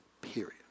Period